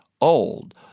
old